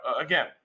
again